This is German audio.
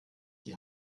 die